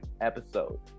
episode